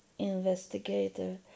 Investigator